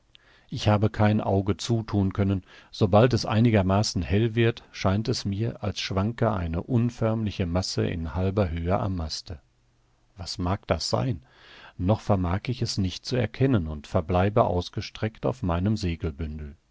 ich habe kein auge zuthun können sobald es einigermaßen hell wird scheint es mir als schwanke eine unförmliche masse in halber höhe am maste was mag das sein noch vermag ich es nicht zu erkennen und verbleibe ausgestreckt auf meinem